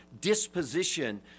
disposition